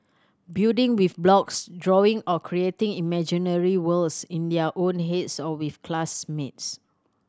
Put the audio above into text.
building with blocks drawing or creating imaginary worlds in their own heads or with classmates